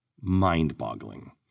mind-boggling